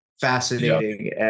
fascinating